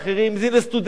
אם לסטודנטים.